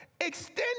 Extend